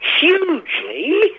hugely